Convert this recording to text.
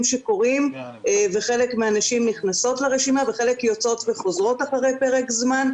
שקורים וחלק מהנשים נכנסות לרשימה וחלק יוצאות וחוזרות אחרי פרק זמן.